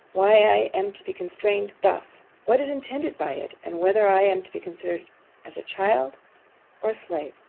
why i am to be constrained thus what is intended by it and whether i am to be considered as a child or a slave?